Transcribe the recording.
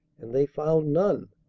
and they found none.